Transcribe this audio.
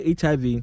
HIV